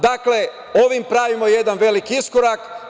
Dakle, ovim pravimo jedan veliki iskorak.